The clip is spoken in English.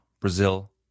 Brazil